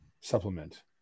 supplement